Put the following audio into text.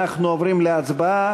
אנחנו עוברים להצבעה,